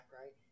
right